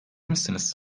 misiniz